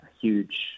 huge